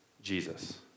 Jesus